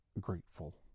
Grateful